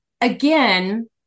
again